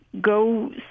go